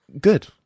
Good